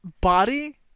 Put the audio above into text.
body